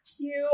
cute